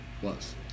Plus